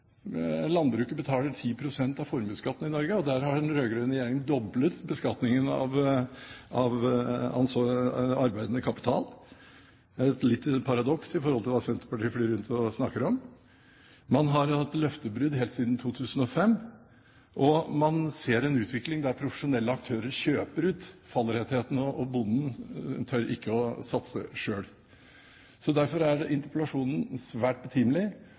Landbruket betaler 10 pst. av formuesskatten i Norge, og der har den rød-grønne regjeringen doblet beskatningen av arbeidende kapital. Det er et paradoks i forhold til hva Senterpartiet flyr rundt og snakker om. Man har hatt løftebrudd helt siden 2005, og man ser en utvikling der profesjonelle aktører kjøper ut fallrettighetene, og bonden tør ikke å satse selv. Derfor er interpellasjonen svært betimelig.